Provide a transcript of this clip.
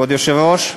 כבוד היושב-ראש,